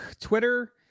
Twitter